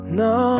no